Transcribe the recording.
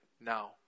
now